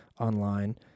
online